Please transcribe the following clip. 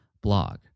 blog